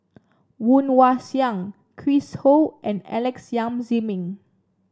Woon Wah Siang Chris Ho and Alex Yam Ziming